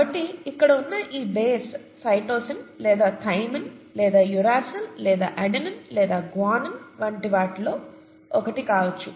కాబట్టి ఇక్కడ ఉన్న ఈ బేస్ సైటోసిన్ లేదా థైమిన్ లేదా యురేసిల్ లేదా అడెనిన్ లేదా గ్వానైన్ వంటి వాటిలో ఒకటి కావచ్చు